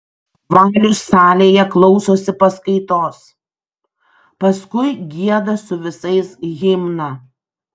valius salėje klausosi paskaitos paskui gieda su visais himną